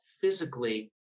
physically